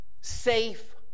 safe